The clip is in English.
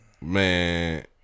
Man